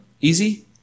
Easy